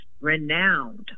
renowned